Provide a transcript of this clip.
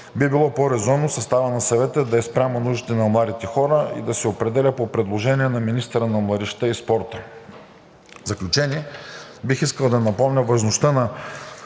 Би било по-резонно съставът на съвета да е спрямо нуждите на младите хора и да се определя по предложение на министъра на младежта и спорта. В заключение, бих искал да напомня важността на